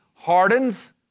hardens